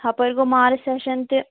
ہَپٲرۍ گوٚو March session تہِ